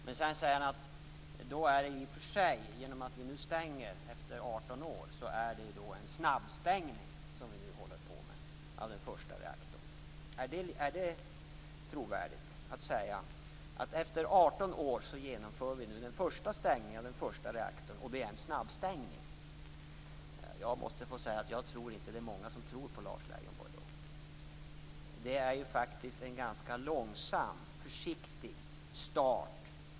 Men sedan säger han att eftersom vi nu stänger den första reaktorn efter 18 år så är det en snabbstängning som vi håller på med. Är det trovärdigt att säga att efter 18 år genomför vi nu den första stängningen av den första reaktorn, och det är en snabbstängning? Jag måste få säga att jag inte tror att det är många som tror på Lars Leijonborg. Det är ju faktiskt en ganska långsam, försiktig start.